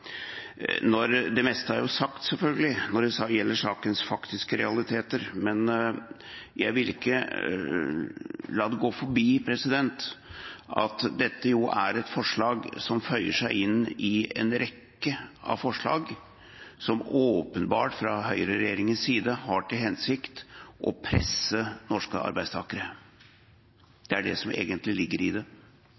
Det meste er sagt når det gjelder sakens faktiske realiteter, men jeg ville ikke la det gå forbi at dette er et forslag som føyer seg inn i en rekke av forslag fra høyreregjeringens side som åpenbart har til hensikt å presse norske arbeidstakere.